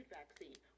vaccine